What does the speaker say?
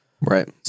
Right